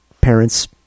parents